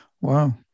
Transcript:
Wow